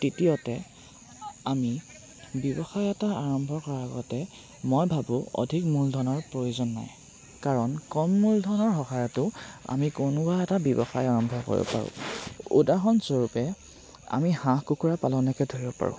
তৃতীয়তে আমি ব্যৱসায় এটা আৰম্ভ কৰা আগতে মই ভাবোঁ অধিক মূলধনৰ প্ৰয়োজন নাই কাৰণ কম মূলধনৰ সহায়তো আমি কোনোবা এটা ব্যৱসায় আৰম্ভ কৰিব পাৰোঁ উদাহৰণস্বৰূপে আমি হাঁহ কুকুৰা পালনকে ধৰিব পাৰোঁ